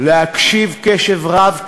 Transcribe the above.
להקשיב בקשב רב,